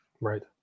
Right